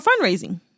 fundraising